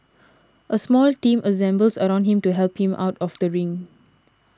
a small team assembles around him to help him out of the ring